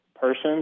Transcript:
person